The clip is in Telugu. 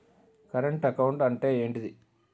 కరెంట్ అకౌంట్ అంటే ఏంటిది?